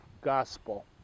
gospel